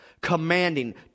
commanding